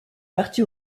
parti